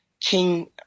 King